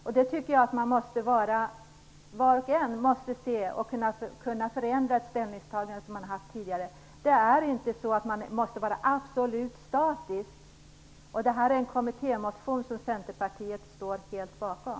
Var och en måste kunna se detta och kunna förändra ett tidigare ställningstagande. Man måste inte vara absolut statisk. Nämnda kommittémotion står Centerpartiet helt bakom.